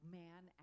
man